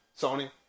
Sony